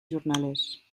jornalers